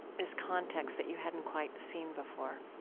this context that you hadn't quite seen before